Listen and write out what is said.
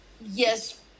yes